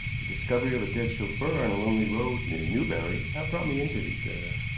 the discovery of a dead chauffeur on a lonely road near newbury now brought me into the affair.